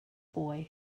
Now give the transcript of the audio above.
boy